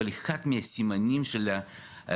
אבל אחד מהסימנים של הנפילה,